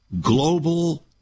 Global